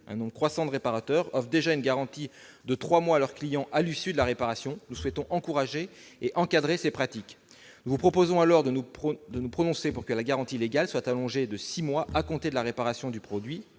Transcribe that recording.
Un nombre croissant de réparateurs offrent déjà une garantie de trois mois à leurs clients à l'issue de la réparation. Nous souhaitons encourager et encadrer cette pratique. Nous proposons donc d'allonger la garantie légale à six mois à compter de la réparation du produit.